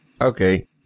Okay